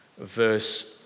Verse